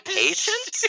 patient